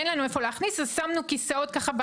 אין לנו איפה להכניס אותם אז שמנו כיסאות בדלת,